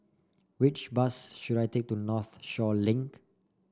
which bus should I take to Northshore Link